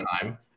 time